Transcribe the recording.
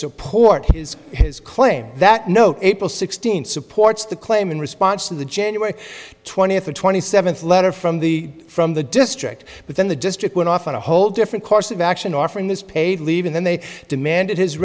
support his claim that no april sixteenth supports the claim in response to the january twentieth or twenty seventh letter from the from the district but then the district went off on a whole different course of action offering this paid leave and then they demanded his